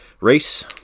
race